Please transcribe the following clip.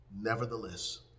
nevertheless